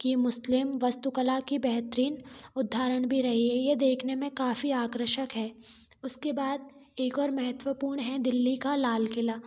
की मुस्लिम वस्तुकला की बेहतरीन उदहारण भी रही है यह देखने में काफ़ी आकर्षक है उसके बाद एक और महत्वपूर्ण है दिल्ली का लाल किला